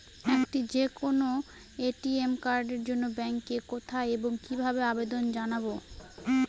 একটি যে কোনো এ.টি.এম কার্ডের জন্য ব্যাংকে কোথায় এবং কিভাবে আবেদন জানাব?